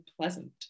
pleasant